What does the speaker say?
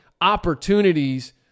opportunities